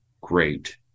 great